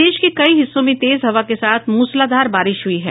प्रदेश के कई हिस्सों में तेज हवा के साथ मूसलाधार बारिश हुई है